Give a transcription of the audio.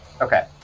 Okay